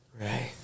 Right